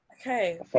Okay